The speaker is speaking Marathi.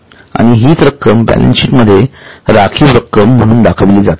आणि हीच रक्कम बॅलंस शीट मध्ये राखीव रक्कम म्हणून दाखवली जाते